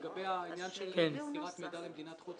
לגבי העניין של מסירת מידע למדינת חוץ,